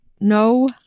no